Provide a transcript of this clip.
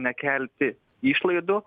nekelti išlaidų